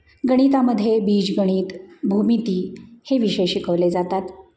गणितामध्ये बीज गणित भूमिती हे विषय शिकवले जातात